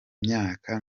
myaka